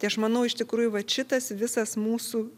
tai aš manau iš tikrųjų vat šitas visas mūsų